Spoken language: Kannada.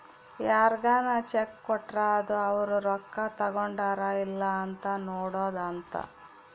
ಯಾರ್ಗನ ಚೆಕ್ ಕೊಟ್ರ ಅದು ಅವ್ರ ರೊಕ್ಕ ತಗೊಂಡರ್ ಇಲ್ಲ ಅಂತ ನೋಡೋದ ಅಂತ